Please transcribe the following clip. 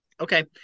Okay